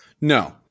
No